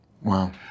Wow